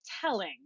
telling